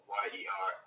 y-e-r